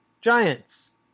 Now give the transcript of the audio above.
Giants